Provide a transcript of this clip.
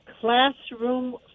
classroom